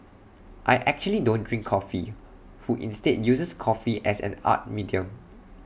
I actually don't drink coffee who instead uses coffee as an art medium